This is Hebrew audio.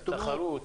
תחרות.